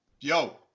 yo